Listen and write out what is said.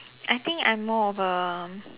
I think I'm more of a